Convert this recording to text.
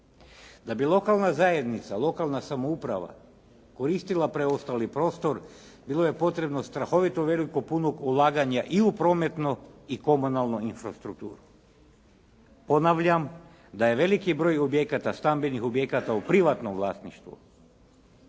Da bi lokalna zajednica, lokalna samouprava koristila preostali prostor bilo je potrebno strahovito veliko punog ulaganja i u prometno i komunalnu infrastrukturu. Ponavljam da je veliki broj objekata, stambenih objekata u privatnom vlasništvu